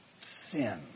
Sin